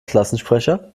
klassensprecher